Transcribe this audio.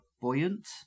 buoyant